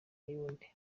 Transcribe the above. y’undi